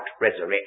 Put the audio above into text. resurrection